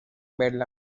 verla